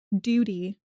duty